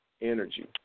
energy